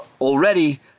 already